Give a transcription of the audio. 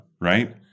right